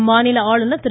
அம்மாநில ஆளுநர் திரு